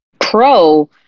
pro